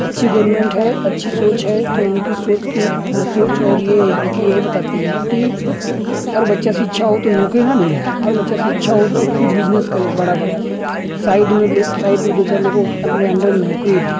अच्छी गोरमेंट है अच्छी सोच है तो उनकी सोच की सोच और ये नीति यही बताती हैं कि हर बच्चा शिक्षा हो तो नौकरी न ढूँढे हर बच्चा शिक्षा हो तो ख़ुद बिजनेस करे बड़ा बड़ा साइड में लोग साइड में दो चार लोगों अपने अन्डर में नौकरी दे